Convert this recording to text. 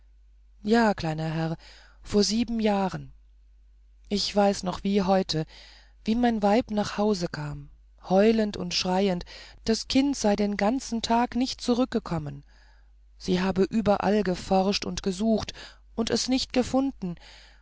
ja kleiner herr vor sieben jahren ich weiß noch wie heute wie mein weib nach hause kam heulend und schreiend das kind sei den ganzen tag nicht zurückgekommen sie habe überall geforscht und gesucht und es nicht gefunden